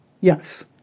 Yes